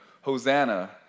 Hosanna